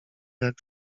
jak